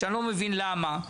שאני לא מבין למה,